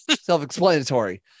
self-explanatory